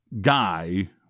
guy